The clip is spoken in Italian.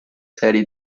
serie